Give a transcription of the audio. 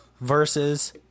versus